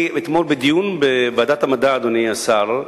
אתמול בדיון בוועדת המדע, אדוני השר,